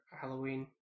Halloween